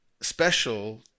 special